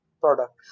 product